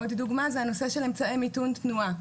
עוד דוגמה זה הנושא של אמצעי מיתון תנועה.